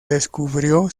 descubrió